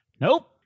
Nope